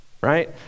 Right